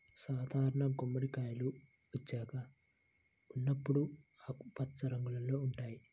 సాధారణ గుమ్మడికాయలు పచ్చిగా ఉన్నప్పుడు ఆకుపచ్చ రంగులో ఉంటాయి